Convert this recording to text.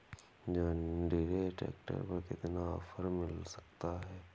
John Deere tractor पर कितना offer मिल सकता है?